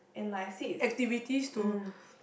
and like I said it's mm